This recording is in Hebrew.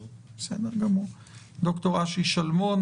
שלמון,